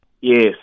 Yes